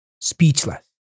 Speechless